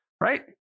Right